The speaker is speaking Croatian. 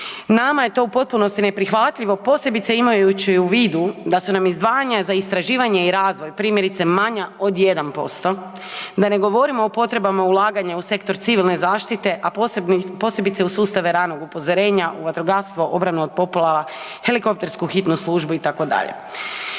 Nama je to u potpunosti neprihvatljivo, posebice imajući u vidu da su nam izdvajanja za istraživanje i razvoj primjerice manja od 1%. Da ne govorimo o potrebama ulaganja u sektor civilne zaštite, a posebice u sustave ranog upozorenja u vatrogastvo, obranu od poplava, helikoptersku hitnu službu itd.